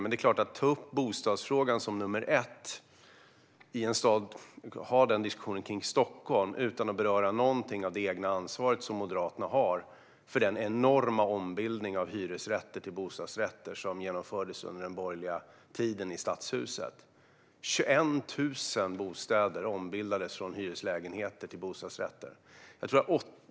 Isabella Hökmark tog upp bostadsfrågan som nummer ett i Stockholmsområdet utan att hon berörde någonting av det egna ansvaret som Moderaterna har för den enorma ombildning av hyresrätter till bostadsrätter som genomfördes under den borgerliga tiden i Stadshuset. Det var 21 000 bostäder som ombildades från hyreslägenheter till bostadsrätter.